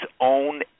own